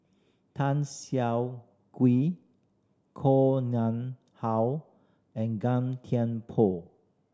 Tan Siah Kwee Koh Nguang How and Thiam Poh